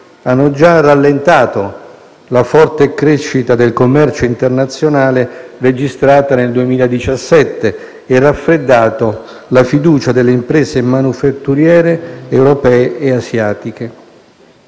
hanno già rallentato la forte crescita del commercio internazionale registrata nel 2017 e raffreddato la fiducia delle imprese manifatturiere europee e asiatiche.